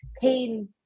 pain